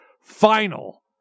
Final